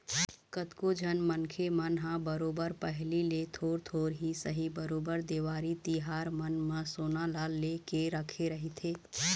कतको झन मनखे मन ह बरोबर पहिली ले थोर थोर ही सही बरोबर देवारी तिहार मन म सोना ल ले लेके रखे रहिथे